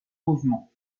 mouvements